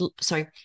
sorry